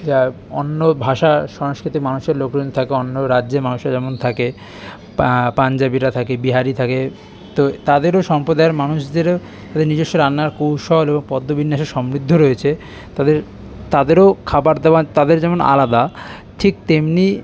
যার অন্য ভাষা সংস্কৃতির মানুষের লোকজন থাকে অন্য রাজ্যের মানুষেরা যেমন থাকে পাঞ্জাবিরা থাকে বিহারি থাকে তো তাদেরও সম্প্রদায়ের মানুষদেরও তাদের নিজস্ব রান্নার কৌশল ও পদ বিন্যাসের সমৃদ্ধ রয়েছে তাদের তাদেরও খাবার দাবার তাদের যেমন আলাদা ঠিক তেমনি